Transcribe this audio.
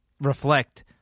reflect